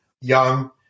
young